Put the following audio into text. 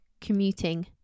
commuting